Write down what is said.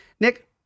Nick